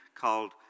called